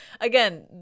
again